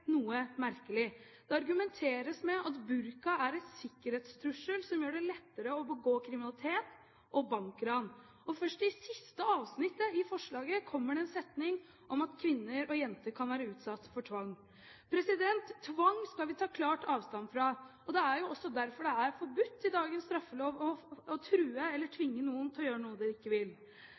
noe merkelig. Det argumenteres med at burka er en sikkerhetstrussel som gjør det lettere å begå kriminalitet og bankran, og først i siste avsnitt i forslaget kommer det en setning om at kvinner og jenter kan være utsatt for tvang. Tvang skal vi ta klar avstand fra, og det er jo også derfor det er forbudt i dagens straffelov å true eller tvinge noen til å gjøre noe de ikke vil.